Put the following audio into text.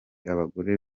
abagore